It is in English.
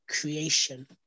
creation